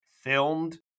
filmed